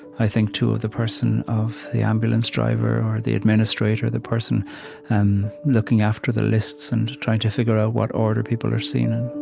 i think, too, of the person of the ambulance driver, or the administrator, the person and looking after the lists and trying to figure out what order people are seen in